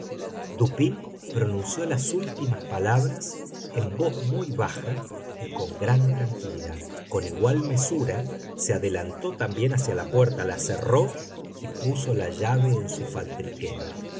rue morgue dupín pronunció las últimas palabras en voz muy baja y con gran tranquilidad con igual mesura se adelantó también hacia la puerta la cerró y puso la llave en su faltriquera sacó luego